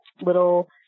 little